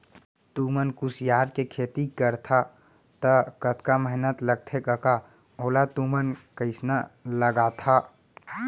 तुमन कुसियार के खेती करथा तौ कतका मेहनत लगथे कका ओला तुमन कइसना लगाथा